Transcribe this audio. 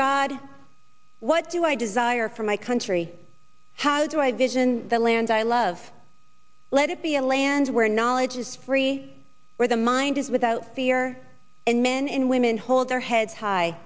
god what do i desire for my country how do i vision the land i love let it be a land where knowledge is free where the mind is without fear and men and women hold their heads high